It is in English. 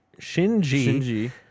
Shinji